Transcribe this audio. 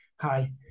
hi